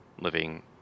living